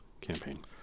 campaign